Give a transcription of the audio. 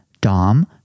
Dom